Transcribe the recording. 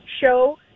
show